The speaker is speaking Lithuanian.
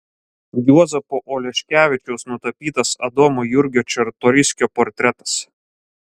juozapo oleškevičiaus nutapytas adomo jurgio čartoriskio portretas